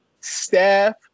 staff